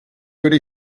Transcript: würde